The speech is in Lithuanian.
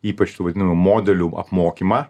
ypač tų vadinamų modelių apmokymą